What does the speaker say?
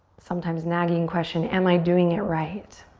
sometimes nagging question am i doing it right?